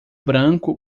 branco